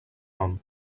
nom